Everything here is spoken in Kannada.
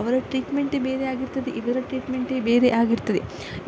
ಅವರ ಟ್ರೀಟ್ಮೆಂಟೇ ಬೇರೆ ಆಗಿರ್ತದೆ ಇವರ ಟ್ರೀಟ್ಮೆಂಟೇ ಬೇರೆ ಆಗಿರ್ತದೆ